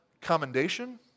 commendation